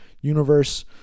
universe